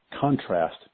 contrast